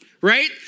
right